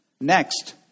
Next